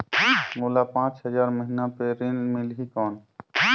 मोला पांच हजार महीना पे ऋण मिलही कौन?